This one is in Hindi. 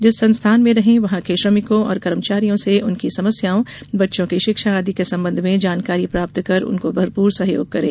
जिस संस्थान में रहें वहाँ के श्रमिकों और कर्मचारियों से उनकी समस्याओं बच्चों की शिक्षा आदि के संबंध में जानकारी प्राप्त कर उनकी भरपूर मदद करें